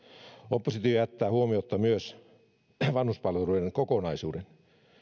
oppositio jättää huomiotta myös vanhuspalveluiden kokonaisuuden